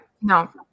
no